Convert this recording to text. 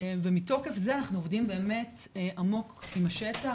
ומתוקף זה אנחנו עובדים באמת עמוק עם השטח,